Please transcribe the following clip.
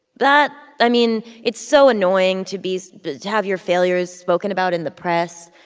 that i mean, it's so annoying to be to have your failures spoken about in the press.